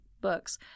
books